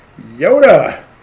Yoda